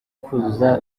kuzuza